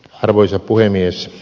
arvoisa puhemies